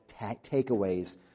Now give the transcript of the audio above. takeaways